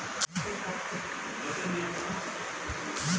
हमरा पास कौन प्रमाण बा कि हम पईसा जमा कर देली बारी?